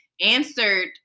answered